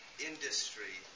Industry